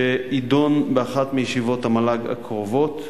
שיידון באחת מישיבות המל"ג הקרובות,